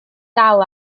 dal